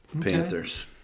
Panthers